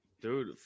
Dude